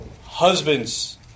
Husbands